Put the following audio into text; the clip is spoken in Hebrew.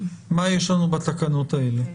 מה יש לנו בתקנות האלה?